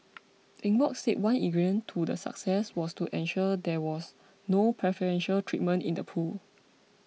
Eng Bock said one ingredient to the success was to ensure there was no preferential treatment in the pool